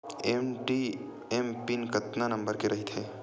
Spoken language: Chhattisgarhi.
ए.टी.एम पिन कतका नंबर के रही थे?